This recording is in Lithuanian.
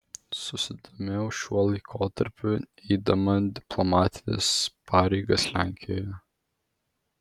susidomėjau šiuo laikotarpiu eidama diplomatės pareigas lenkijoje